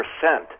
percent